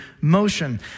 motion